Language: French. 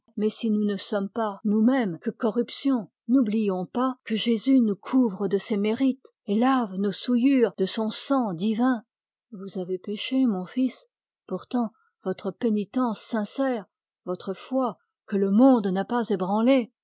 mais si nous ne sommes par nous-mêmes que corruption n'oublions pas que jésus nous couvre de ses mérites et lave nos souillures de son sang divin vous avez péché mon fils pourtant votre pénitence sincère votre foi que le monde n'a pas ébranlée